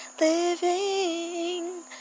living